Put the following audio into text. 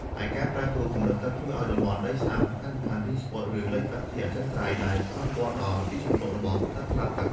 ឯការប្រែប្រួលកម្រិតទឹកធ្វើឱ្យតំបន់ដីសើមសំខាន់ៗរីងស្ងួត ឬលិចទឹកជាអចិន្ត្រៃយ៍ ដែលប៉ះពាល់ដល់ទីជម្រករបស់សត្វស្លាបទឹក។